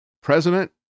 president